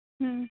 ᱦᱩᱸ